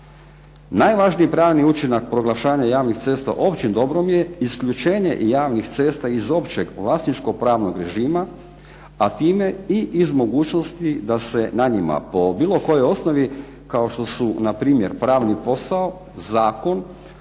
Najvažniji pravni učinak proglašavanja javnih cesta općim dobrom je isključenje javnih cesta iz općeg vlasničkopravnog režima, a time i iz mogućnosti da se na njima po bilo kojoj osnovi kao što su npr. pravni posao, zakon,